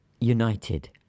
United